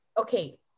okay